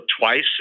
twice